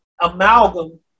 amalgam